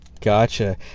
gotcha